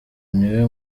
niwe